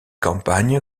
campagne